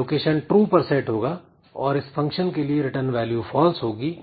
यह location true पर set होगा और इस फंक्शन के लिए रिटर्न वैल्यू फाल्स होगी